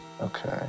Okay